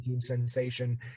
sensation